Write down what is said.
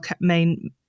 main